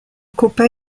copa